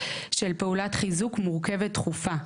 של פעולת חיזוק מורכבת דחופה.